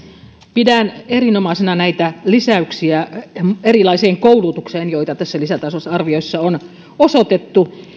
pidän erinomaisina näitä lisäyksiä erilaisiin koulutuksiin joita tässä lisätalousarviossa on osoitettu